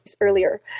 earlier